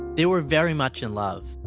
they were very much in love,